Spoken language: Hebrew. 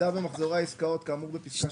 "(4)הירידה במחזורי העסקאות כאמור בפסקה